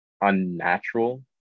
unnatural